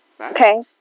Okay